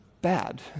bad